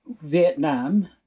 Vietnam